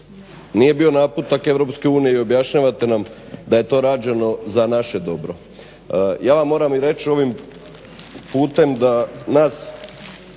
nije bio naputak Europske unije i objašnjavate nam da je to rađeno za naše dobro. Ja vam moram reći ovim putem da nas